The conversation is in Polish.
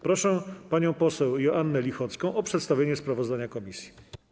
Proszę panią poseł Joannę Lichocką o przedstawienie sprawozdania komisji.